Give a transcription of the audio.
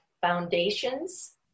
foundations